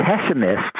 pessimists